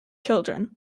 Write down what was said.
children